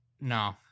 No